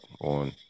on